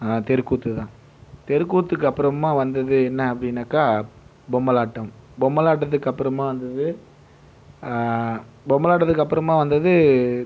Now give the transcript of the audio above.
தெருக்கூத்து தான் தெருக்கூத்துக்கு அப்புறமா வந்தது என்ன அப்படின்னாக்கா பொம்மலாட்டம் பொம்மலாட்டத்துக்கு அப்புறமா வந்தது பொம்மலாட்டத்துக்கு அப்புறமா வந்தது